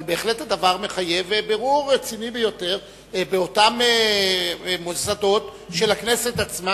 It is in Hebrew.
אבל בהחלט הדבר מחייב בירור רציני ביותר באותם מוסדות של הכנסת עצמה,